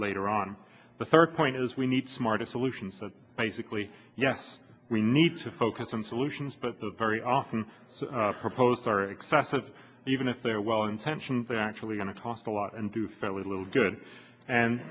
later on the third point is we need smart a solution so basically yes we need to focus on solutions but the very often her posts are excessive even if they're well intentioned they're actually going to talk a lot and do fairly little good and